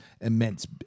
immense